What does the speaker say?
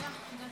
תודה.